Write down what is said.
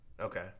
Okay